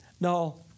No